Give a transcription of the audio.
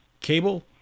Cable